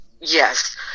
Yes